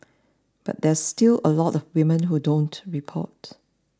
but there's still a lot of women who don't report